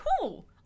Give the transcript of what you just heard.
cool